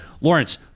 Lawrence